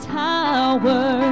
tower